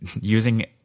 using